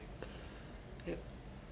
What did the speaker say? yup